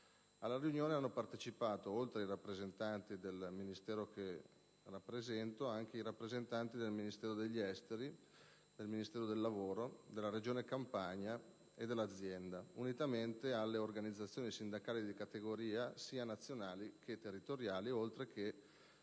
Alla riunione hanno partecipato oltre ai rappresentanti del Ministero che rappresento, rappresentanti del Ministero degli esteri, del Ministero del lavoro, della Regione Campania, e dell'azienda, unitamente alle organizzazioni sindacali di categoria nazionali e territoriali e alle RSU aziendali.